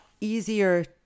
easier